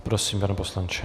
Prosím, pane poslanče.